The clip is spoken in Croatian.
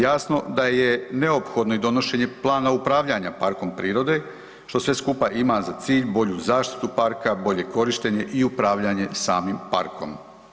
Jasno da je neophodno i donošenje plana upravljanja parkom prirode, što sve skupa ima za cilj bolju zaštitu parka, bolje korištenje i upravljanje samim parkom.